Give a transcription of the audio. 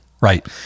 right